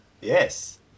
yes